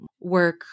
work